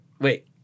wait